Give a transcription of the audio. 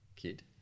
kid